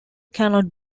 cannot